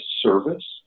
service